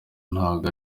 ntabwo